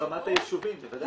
יש ברמת היישובים, בוודאי.